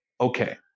Okay